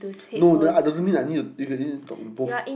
no that doesn't mean I need you can you need to talk both